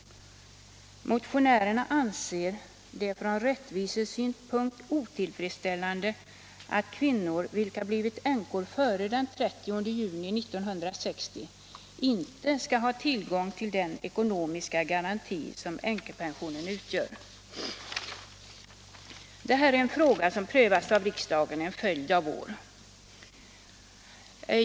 Motionärerna anser det från rättvisesynpunkt otillfredsställande att kvinnor vilka blivit änkor före den 30 juni 1960 inte skall ha tillgång till den ekonomiska garanti som änkepensionen utgör. Det här är en fråga som prövats av riksdagen en följd av år.